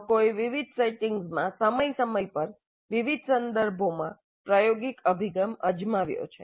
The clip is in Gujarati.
લોકોએ વિવિધ સેટિંગ્સમાં સમય સમય પર વિવિધ સંદર્ભોમાં પ્રાયોગિક અભિગમ અજમાવ્યો છે